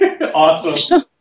Awesome